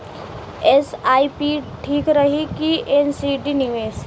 SIP ठीक रही कि एन.सी.डी निवेश?